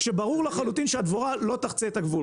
כשברור לחלוטין שהדבורה לא תחצה את הגבול.